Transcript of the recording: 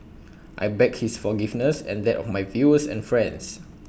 I beg his forgiveness and that of my viewers and friends